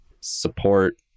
support